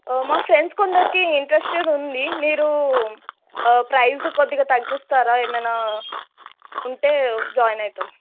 మా ఫ్రెండ్స్ కొందరికి ఇంట్రెస్టెడ్ ఉంది మీరు ప్రైజ్ కొద్దిగా తగ్గిస్తారా ఏమైనా ఉంటే జాయిన్ అవుతాం